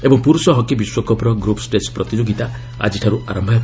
ଏବଂ ପୁରୁଷ ହକି ବିଶ୍ୱକପ୍ର ଗ୍ରୁପ୍ଷ୍ଟେକ୍ ପ୍ରତିଯୋଗିତା ଆଜିଠାରୁ ଆରମ୍ଭ ହେବ